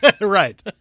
Right